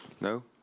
No